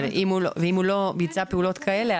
ואם הוא לא ביצע פעולות כאלה,